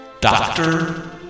Doctor